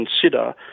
consider